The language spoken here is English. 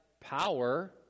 power